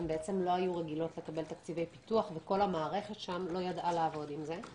לא היו רגילות לקבל תקציבי פיתוח וכל המערכת שם לא ידעה לעבוד עם זה.